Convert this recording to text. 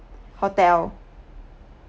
hotel